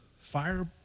fire